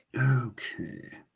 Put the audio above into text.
Okay